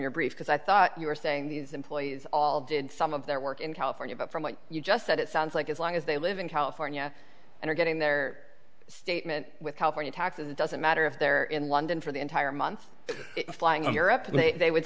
your brief because i thought you were saying these employees all did some of their work in california but from what you just said it sounds like as long as they live in california and are getting their statement with california taxes it doesn't matter if they're in london for the entire month flying in europe they would